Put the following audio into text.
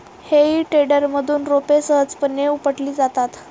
हेई टेडरमधून रोपे सहजपणे उपटली जातात